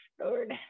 Lord